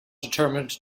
determined